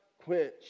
quench